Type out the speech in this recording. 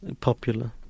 popular